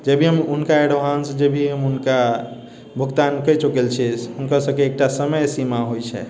जे भी हम हुनका एडवान्स जे भी हम हुनका भुगतान कऽ चुकल छियै हुनका सबके एकटा समय सीमा होइ छै